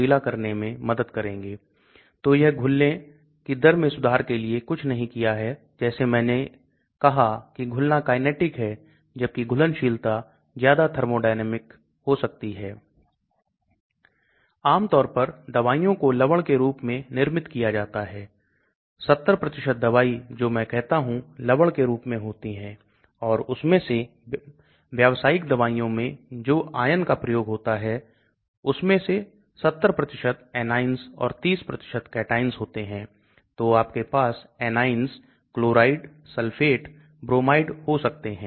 यदि मेरे पास लवण के रूप में एक दवा है तो दवा अत्यधिक घुलनशील है क्योंकि आप जानते हैं कि लवण अत्यधिक घुलनशील होते हैं लेकिन अगर यह लवण है इसमें ध्रुवता हो सकती है इसलिए दवा के लिए लिपोफिलिक झिल्ली को पार करना और रक्त प्रभाव तक पहुंचना मुश्किल हो सकता है